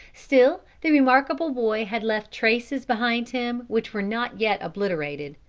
still the remarkable boy had left traces behind him which were not yet obliterated.